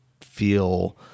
feel